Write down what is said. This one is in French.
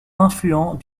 influent